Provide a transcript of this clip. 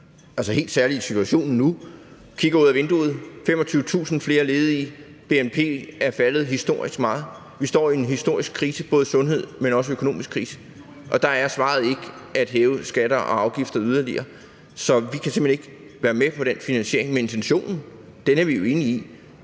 situation, hvor vi, når vi kigger ud af vinduet, ser 25.000 flere ledige, at bnp er faldet historisk meget, og at vi står i en historisk krise, både sundhedsmæssigt, men også økonomisk, så er svaret ikke at hæve skatter og afgifter yderligere. Så vi kan simpelt hen ikke være med på den finansiering. Men intentionen er vi jo enige i,